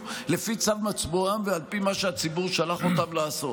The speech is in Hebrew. לפי צו מצפונם ועל פי מה שהציבור שלח אותם לעשות.